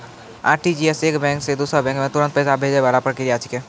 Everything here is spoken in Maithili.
आर.टी.जी.एस एक बैंक से दूसरो बैंक मे तुरंत पैसा भैजै वाला प्रक्रिया छिकै